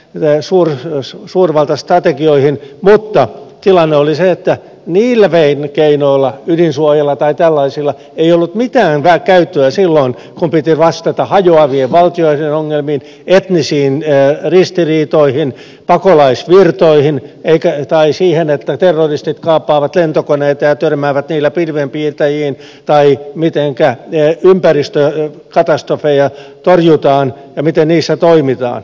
näin suurta joissa suurvaltastrategioihin mutta tilanne oli se että niillä keinoilla ydinsuojilla tai tällaisilla ei ollut mitään käyttöä silloin kun piti vastata hajoavien valtioiden ongelmiin etnisiin ristiriitoihin pakolaisvirtoihin tai siihen että terroristit kaappaavat lentokoneita ja törmäävät niillä pilvenpiirtäjiin tai siihen mitenkä ympäristökatastrofeja torjutaan ja miten niissä toimitaan